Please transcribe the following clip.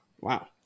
Wow